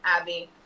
Abby